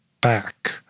back